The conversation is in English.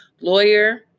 lawyer